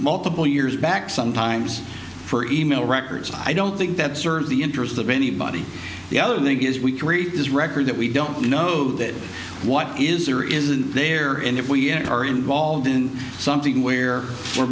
multiple years back sometimes for e mail records i don't think that serves the interest of anybody the other thing is this record that we don't know that what is there isn't there and if we are involved in something where